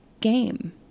Game